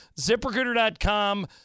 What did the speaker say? ZipRecruiter.com